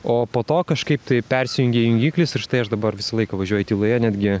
o po to kažkaip tai persijungė jungiklis ir štai aš dabar visą laiką važiuoju tyloje netgi